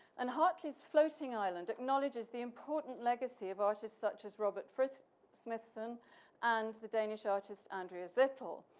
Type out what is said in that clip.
and hartleys floating island acknowledges the important legacy of artists such as robert fritz smithson and the danish artist, andrea zittel.